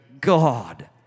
God